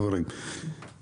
חברים,